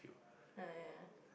oh ya